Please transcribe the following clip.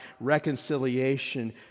reconciliation